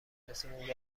مجلسمون